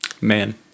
man